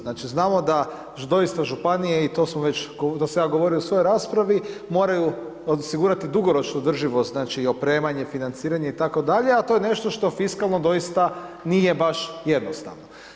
Znači, znamo da doista županije i to smo već, to sam ja govorio u svojoj raspravi, moraju osigurati dugoročnu održivost znači, opremanje, financiranje itd. a to je nešto što fiskalno doista nije baš jednostavno.